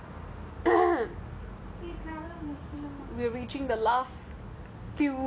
house before so I don't think it should be an issue lah